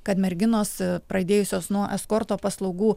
kad merginos pradėjusios nuo eskorto paslaugų